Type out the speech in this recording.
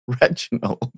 Reginald